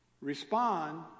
respond